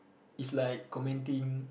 is like commenting